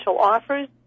offers